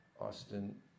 Austin